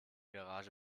garage